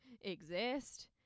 exist